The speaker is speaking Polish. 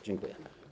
Dziękuję.